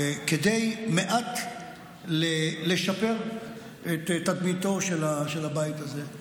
כדי מעט לשפר את תדמיתו של הבית הזה.